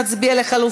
עאידה תומא סלימאן,